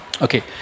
Okay